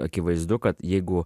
akivaizdu kad jeigu